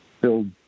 build